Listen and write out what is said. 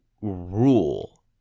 rule